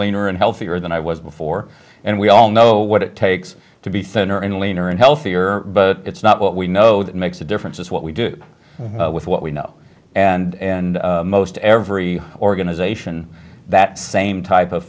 leaner and healthier than i was before and we all know what it takes to be center in leaner and healthier but it's not what we know that makes a difference is what we do with what we know and most every organization that same type of